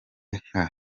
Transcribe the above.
nka